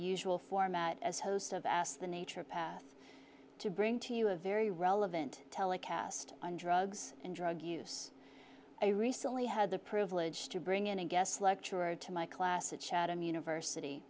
usual format as host of ask the nature path to bring to you a very relevant telecast on drugs and drug use i recently had the privilege to bring in a guest lecturer to my class at chatham university